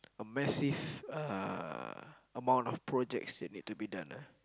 a massive uh amount of projects that need to be done ah